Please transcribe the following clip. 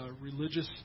religious